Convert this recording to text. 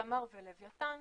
תמר ולוויין,